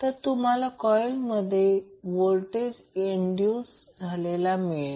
तर तुम्हाला कॉइलमध्ये व्होल्टेज इंन्ड़ूस झालेला मिळेल